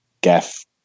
Gaff